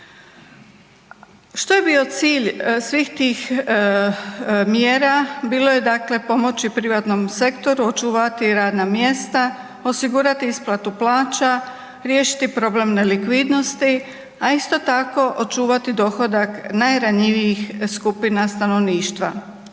Što je bio cilj svih tim mjera, bilo je, dakle, pomoći privatnom sektoru, očuvati radna mjesta, osigurati isplatu plaća, riješiti problem nelikvidnosti, a isto tako, očuvati dohodak najranjivijih skupina stanovništva.